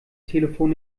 telefon